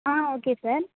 ah okay sir